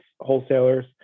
wholesalers